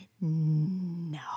No